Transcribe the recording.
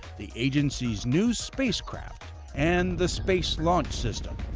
the agency's new spacecraft and the space launch system,